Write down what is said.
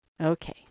Okay